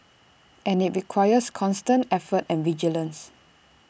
and IT requires constant effort and vigilance